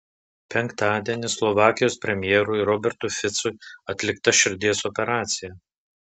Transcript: penktadienį slovakijos premjerui robertui ficui atlikta širdies operacija